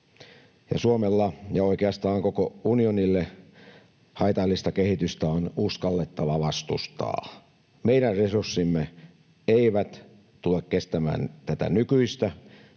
Suomelle ja oikeastaan koko unionille haitallista kehitystä on uskallettava vastustaa. Meidän resurssimme eivät tule kestämään tätä nykyistä